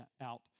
out